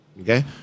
okay